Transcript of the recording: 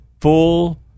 full